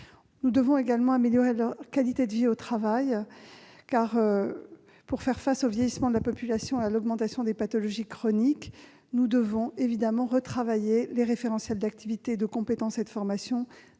nous faut également améliorer leur qualité de vie au travail. Pour faire face au vieillissement de la population et à l'augmentation des pathologies chroniques, il nous faut retravailler les référentiels d'activités, de compétences et de formation